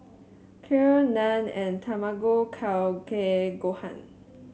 Kheer Naan and Tamago Kake Gohan